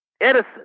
Edison